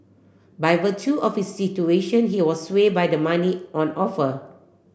by virtue of his situation he was sway by the money on offer